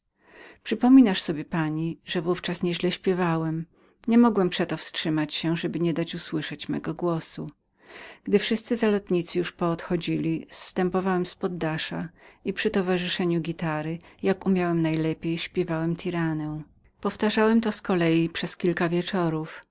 przypominasz sobie pani że w ówczas nie źle śpiewałem niemogłem przeto wstrzymać się żeby nie dać usłyszeć mego głosu gdy wszyscy kochankowie już poodchodzili zstępowałem z poddasza i przy towarzyszeniu gitary jak umiałem nalepiejnajlepiej śpiewałem narodowe nasze pieśni powtarzałem to z kolei przez kilka wieczorów